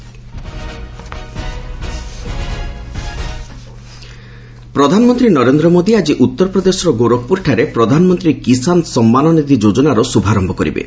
PM ଗୋରଖପ୍ନର ପ୍ରଧାନମନ୍ତ୍ରୀ ନରେନ୍ଦ୍ର ମୋଦି ଆଜି ଉତ୍ତରପ୍ରଦେଶର ଗୋରଖପୁରଠାରେ ପ୍ରଧାନମନ୍ତ୍ରୀ କିଷାନ୍ ସମ୍ମାନନିଧି ଯୋଜନାର ଶ୍ରଭାରମ୍ଭ କରିବେ